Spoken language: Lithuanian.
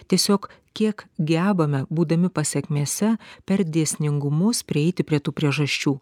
tiesiog kiek gebame būdami pasekmėse per dėsningumus prieiti prie tų priežasčių